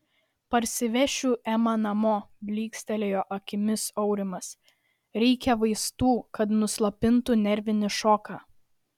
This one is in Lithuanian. parsivešiu emą namo blykstelėjo akimis aurimas reikia vaistų kad nuslopintų nervinį šoką